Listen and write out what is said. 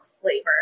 flavor